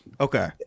okay